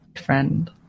friend